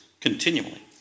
continually